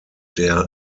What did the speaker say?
der